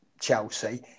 Chelsea